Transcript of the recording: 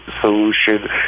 solution